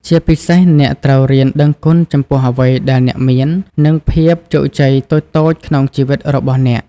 ជាពិសេស អ្នកត្រូវរៀនដឹងគុណចំពោះអ្វីដែលអ្នកមាន និងភាពជោគជ័យតូចៗក្នុងជីវិតរបស់អ្នក។